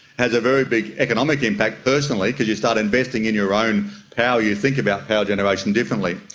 has a very big economic impact personally because you start investing in your own power, you think about power generation differently.